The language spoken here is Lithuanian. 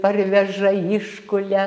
parveža iškulia